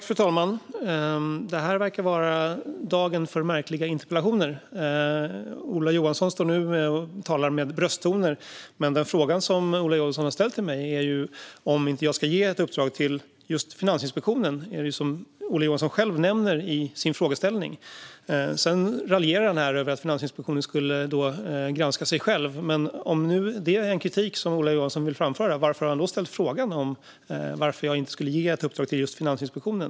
Fru talman! Det här verkar vara dagen för märkliga interpellationer. Ola Johansson står nu och talar med brösttoner, men frågan som Ola Johansson har ställt till mig är om jag inte ska ge ett uppdrag till just Finansinspektionen, som Ola Johansson nämner i sin frågeställning. Sedan raljerar han här över att Finansinspektionen skulle granska sig själv, men om det är en kritik som Ola Johansson vill framföra undrar jag varför han har ställt frågan om när jag ska ge ett uppdrag till just Finansinspektionen.